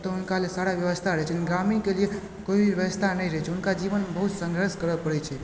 ओतए हुनका लेल सारा व्यवस्था रहैत छै ग्रामीणके लिए कोइ व्यवस्था नहि रहैत छै हुनका जीवनमे बहुत संघर्ष करऽ परैत छै